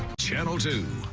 channel two.